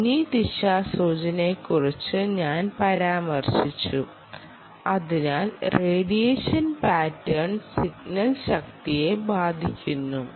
omni ദിശാസൂചനയെക്കുറിച്ച് ഞാൻ പരാമർശിച്ചു അതിനാൽ റേഡിയേഷൻ പാറ്റേൺ സിഗ്നൽ ശക്തിയെ ബാധിക്കുന്നു